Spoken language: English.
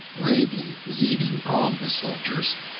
bravely leading on the soldiers,